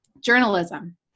journalism